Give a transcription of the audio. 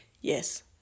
yes